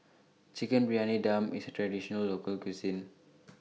Chicken Briyani Dum IS A Traditional Local Cuisine